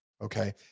Okay